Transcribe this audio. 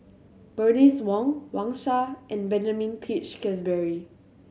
Bernice Wong Wang Sha and Benjamin Peach Keasberry